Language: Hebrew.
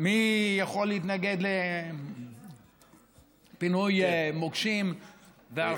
מי יכול להתנגד לפינוי מוקשים והרחבת,